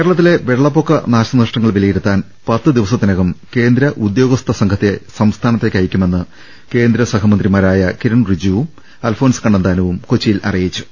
കേരളത്തിലെ വെള്ളപ്പൊക്ക നാശനഷ്ടങ്ങൾ വിലയിരു ത്താൻ പത്തുദിവസ്ത്തിനകം കേന്ദ്ര ഉദ്യോഗസ്ഥ സംഘത്തെ സംസ്ഥാനത്തേക്കയക്കു മെന്ന് കേന്ദ്രസഹമന്ത്രിമാരായ കിരൺ റിജ്ജുവും അൽഫോൺസ് കണ്ണന്താനവും കൊച്ചി യിൽ അറിയിച്ചു